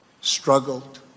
struggled